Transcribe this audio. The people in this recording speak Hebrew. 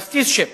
trusteeship.